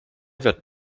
wird